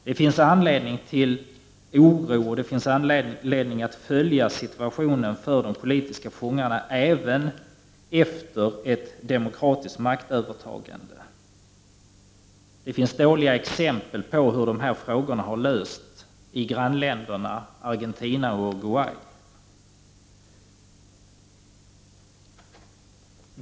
Det finns anledning till oro, och det finns anledning att följa situationen för de politiska fångarna även efter ett demokratiskt maktövertagande. Det finns dåliga exempel på hur dessa frågor har lösts i grannländerna Argentina och Uruguay.